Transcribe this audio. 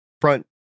front